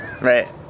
right